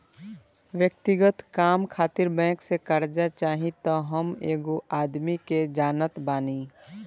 व्यक्तिगत काम खातिर बैंक से कार्जा चाही त हम एगो आदमी के जानत बानी